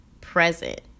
present